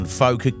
folk